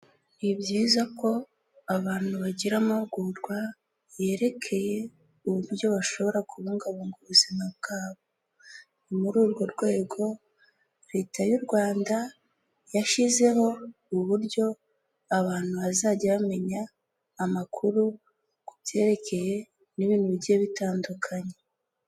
Ni byiza ko abantu bagira amahugurwa yerekeye uburyo bashobora kubungabunga ubuzima bwabo, ni muri urwo rwego leta y'u Rwanda yashyizeho uburyo abantu bazajya bamenya amakuru ku byerekeye ibintu bigiye bitandukanye.